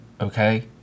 okay